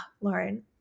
Lauren